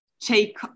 take